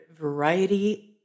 variety